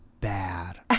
bad